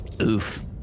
Oof